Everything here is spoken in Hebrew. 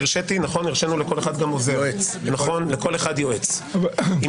לכל אחד יועץ שהרשינו לו להיכנס.